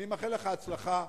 אני מאחל לך הצלחה.